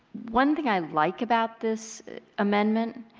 one thing i like about this amendment